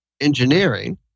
engineering